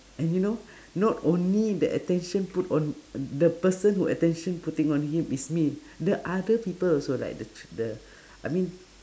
and you know not only the attention put on the person who attention putting on him is me the other people also right the tr~ the I mean